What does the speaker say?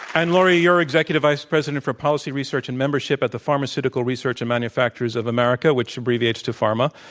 and lori, you're executive vice president for policy research and membership at the pharmaceutical research and manufacturers of america, which abbreviates to pharma,